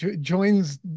joins